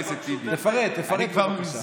תפרט, תפרט, בבקשה.